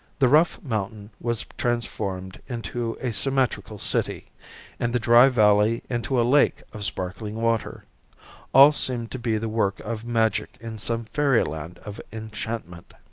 the rough mountain was transformed into a symmetrical city and the dry valley into a lake of sparkling water all seeming to be the work of magic in some fairyland of enchantment.